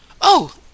Oh